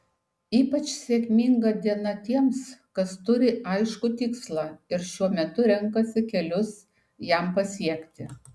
ypač sėkminga diena tiems kas turi aiškų tikslą ir šiuo metu renkasi kelius jam pasiekti